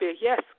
Yes